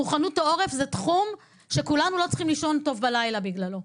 מוכנות העורף זה תחום שכולנו לא צריכים לישון טוב בלילה בגללו.